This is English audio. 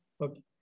Okay